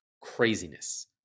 craziness